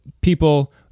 people